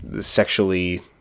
sexually